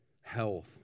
health